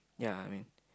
ya